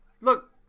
Look